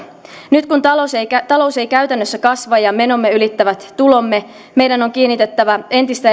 nyt kun talous ei käytännössä kasva ja menomme ylittävät tulomme meidän on kiinnitettävä entistä enemmän huomiota siihen mitä noilla kuudellatoista miljardilla eurolla tehdään